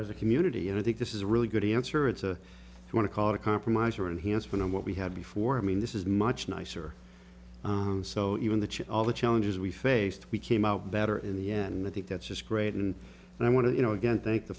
as a community and i think this is a really good answer it's a want to call it a compromise or enhanced from what we had before i mean this is much nicer and so even the all the challenges we faced we came out better in the end i think that's just great and i want to you know again thank the